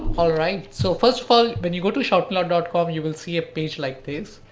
all right. so first of all, when you go to shoutmeloud com, you will see a page like this.